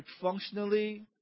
functionally